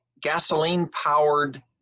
gasoline-powered